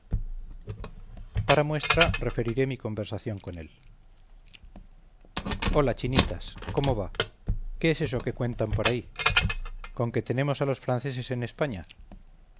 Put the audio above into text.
para muestra referiré mi conversación con él hola chinitas cómo va qué es eso que cuentan por ahí con que tenemos a los franceses en españa